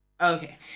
Okay